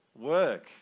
work